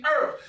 earth